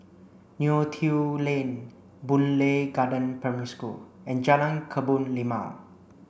Neo Tiew Lane Boon Lay Garden Primary School and Jalan Kebun Limau